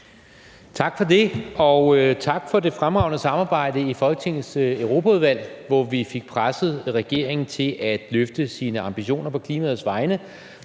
Tak for det, og tak for det fremragende samarbejde i Folketingets Europaudvalg, hvor vi fik presset regeringen til at løfte sine ambitioner på klimaets vegne